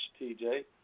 TJ